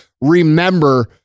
remember